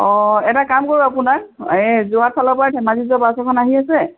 অঁ এটা কাম কৰোঁ আপোনাক এই যোৰহাট ফালৰ পৰা ধেমাজি যোৱা বাছ এখন আহি আছে